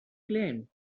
claimed